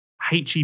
HEP